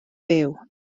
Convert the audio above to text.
byw